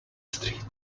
street